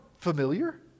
familiar